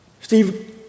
Steve